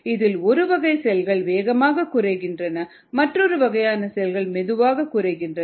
இதில் ஒரு வகை செல்கள் வேகமாக குறைகின்றன மற்றொரு வகையான செல்கள் மெதுவாக குறைகின்றன